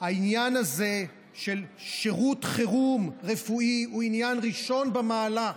העניין הזה של שירות חירום רפואי הוא עניין ראשון במעלה.